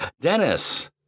Dennis